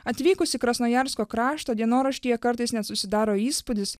atvykus į krasnojarsko kraštą dienoraštyje kartais net susidaro įspūdis